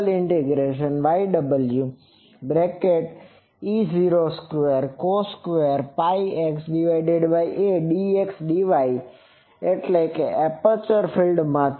Pr YwǀE૦ǀ2cos2Πxa dxdyએપર્ચર ફિલ્ડમાંથી